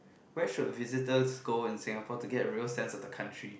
where should visitors go in Singapore to get a real sense of the country